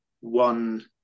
one